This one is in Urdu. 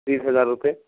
بیس ہزار روپے